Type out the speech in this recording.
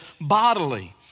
bodily